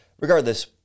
regardless